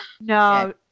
No